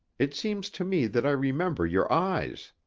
it seems to me that i remember your eyes.